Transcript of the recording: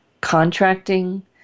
contracting